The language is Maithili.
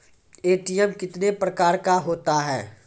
ए.टी.एम कितने प्रकार का होता हैं?